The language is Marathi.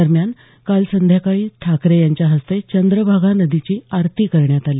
दरम्यान काल सायंकाळी ठाकरे यांच्या हस्ते चंद्रभागा नदीची आरती करण्यात आली